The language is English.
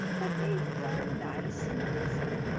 but they've worn nice and easy.